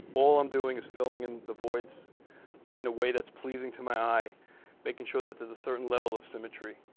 all i'm doing is filling in the voids in a way that's pleasing to my eye making sure that there's a certain level of symmetry.